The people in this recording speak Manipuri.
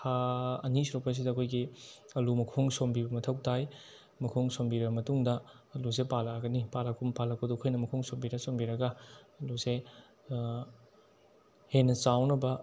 ꯊꯥ ꯑꯅꯤ ꯁꯨꯔꯛꯄ ꯑꯁꯤꯗ ꯑꯩꯈꯣꯏꯒꯤ ꯑꯥꯂꯨ ꯃꯈꯣꯡ ꯁꯣꯝꯕꯤꯕ ꯃꯊꯧ ꯇꯥꯏ ꯃꯈꯣꯡ ꯁꯣꯝꯕꯤꯔ ꯃꯇꯨꯡꯗ ꯑꯥꯂꯨꯁꯦ ꯄꯥꯜꯂꯛꯑꯒꯅꯤ ꯄꯥꯜꯂꯛꯄꯗꯨ ꯑꯩꯈꯣꯏꯅ ꯃꯈꯣꯡ ꯁꯣꯝꯕꯤꯔ ꯁꯣꯝꯕꯤꯔꯒ ꯑꯥꯂꯨꯁꯦ ꯍꯦꯟꯅ ꯆꯥꯎꯅꯕ